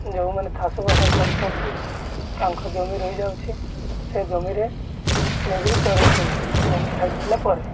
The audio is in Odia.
ଯେଉଁମାନେ ଚାଷବାସ କରୁଛନ୍ତି ତାଙ୍କ ଜମି ରହିଯାଉଛି ସେ ଜମିରେ ନେଇକିରି ଚରଉଛନ୍ତି ଜମି ଛାଡ଼ିଦେଲେ ପରେ